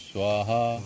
Swaha